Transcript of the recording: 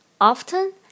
often